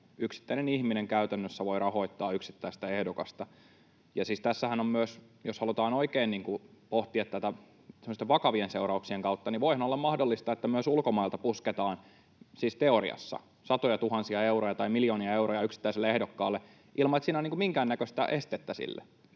yksittäinen ihminen käytännössä voi rahoittaa yksittäistä ehdokasta. Siis tässähän on myös se — jos halutaan oikein pohtia tätä tämmöisten vakavien seurauksien kautta — voihan olla mahdollista, että myös ulkomailta pusketaan, siis teoriassa, satojatuhansia euroja tai miljoonia euroja yksittäiselle ehdokkaalle ilman, että siinä on minkäännäköistä estettä sille,